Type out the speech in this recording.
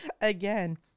again